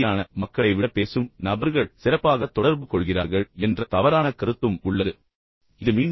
அமைதியான மற்றும் சாந்தமான மக்களை விட பேசும் நபர்கள் சிறப்பாக தொடர்பு கொள்கிறார்கள் என்ற தவறான தகவல்தொடர்பு உள்ள மற்றவர்களும் உள்ளனர்